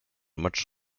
much